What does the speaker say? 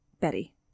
Betty